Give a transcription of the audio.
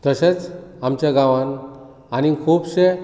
तशेंच आमच्या गांवांत आनीक खूबशे